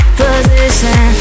position